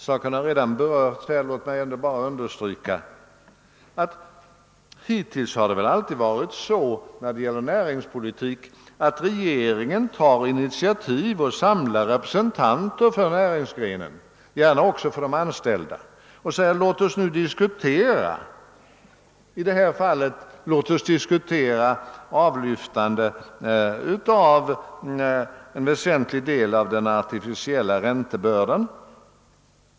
Saken har redan berörts men låt mig understryka, att det hittills alltid varit så när det gäller näringspolitik, att regeringen tar initiativ och samlar representanter för näringsgrenen i fråga, gärna också för de anställda, för att diskutera, i detta fall avlyftandet av en väsentlig del av den artificiella räntebördan.